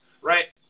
Right